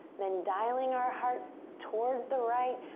then dialing our hearts towards the right.